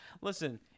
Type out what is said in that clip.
Listen